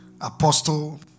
Apostle